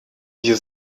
wir